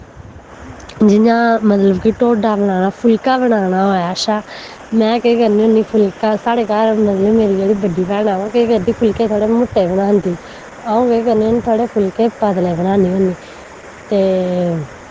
जि'यां मतलब कि टोडा बनाना फुल्का बनाना होऐ अच्छा मैं केह् करनी होन्नी फुल्का साढ़े घर मतलब मेरी जेह्ड़ी बड्डी भैन ऐ ओह् केह् करदी फुल्के थोह्ड़े मुट्टे बनांदी अ'ऊं केह् करनी होनी थोह्ड़े फुल्के पतले बनान्नी होन्नी ते